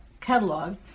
catalog